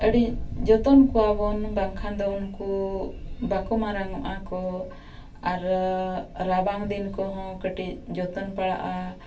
ᱟᱹᱰᱤ ᱡᱚᱛᱚᱱ ᱠᱚᱣᱟ ᱵᱚᱱ ᱵᱟᱝᱠᱷᱟᱱ ᱫᱚ ᱩᱱᱠᱩ ᱵᱟᱠᱚ ᱢᱟᱨᱟᱝᱚᱜᱼᱟ ᱠᱚ ᱟᱨ ᱨᱟᱵᱟᱝ ᱫᱤᱱ ᱠᱚᱦᱚᱸ ᱠᱟᱹᱴᱤᱡ ᱡᱚᱛᱚᱱ ᱯᱟᱲᱟᱜᱼᱟ